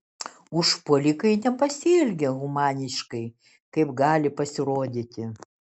užpuolikai nepasielgė humaniškai kaip gali pasirodyti